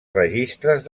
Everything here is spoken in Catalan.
registres